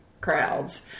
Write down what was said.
crowds